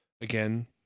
again